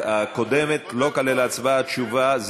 הקודמת לא כללה הצבעה ותשובה.